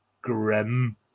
grim